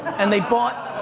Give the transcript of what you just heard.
and they bought